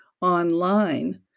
online